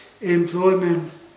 employment